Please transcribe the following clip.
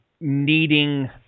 needing